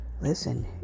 Listen